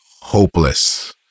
hopeless